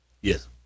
Yes